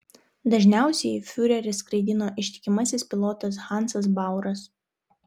dažniausiai fiurerį skraidino ištikimasis pilotas hansas bauras